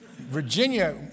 Virginia